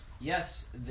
Yes